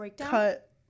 cut